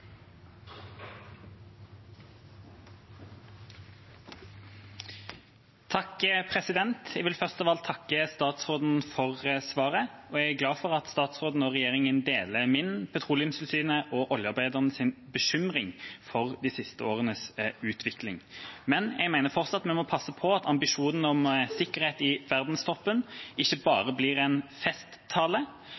Jeg vil først av alt takke statsråden for svaret, og jeg er glad for at statsråden og regjeringa deler min, Petroleumstilsynets og oljearbeidernes bekymring for de siste årenes utvikling. Men jeg mener fortsatt vi må passe på at ambisjonen om sikkerhet i verdenstoppen ikke